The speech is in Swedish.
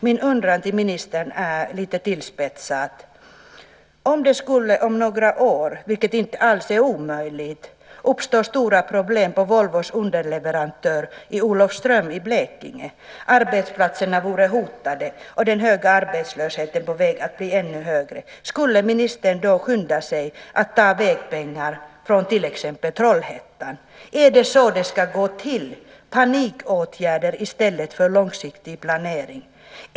Min undran till ministern är lite tillspetsat: Om det om några år, vilket inte alls är omöjligt, skulle uppstå stora problem hos Volvos underleverantör i Olofström i Blekinge, arbetsplatserna var hotade och den höga arbetslösheten på väg att bli ännu högre, skulle ministern då skynda sig att ta vägpengar från till exempel Trollhättan? Är det så det ska gå till, panikåtgärder i stället för långsiktig planering?